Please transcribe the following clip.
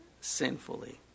sinfully